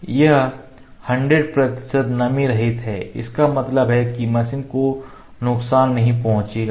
यह 100 प्रतिशत नमी रहित है इसका मतलब है कि मशीन को नुकसान नहीं पहुंचेगा